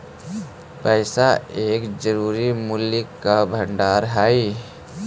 पैसा एक जरूरी मूल्य का भंडार हई